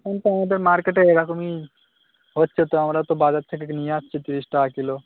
এখন তো আমাদের মার্কেটে এরকমই হচ্ছে তো আমরা তো বাজার থেকে এটা নিয়ে আসছি তিরিশ টাকা কিলো